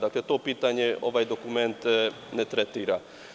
Dakle, to pitanje ovaj dokument ne tretira.